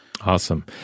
Awesome